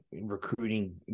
recruiting